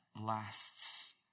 lasts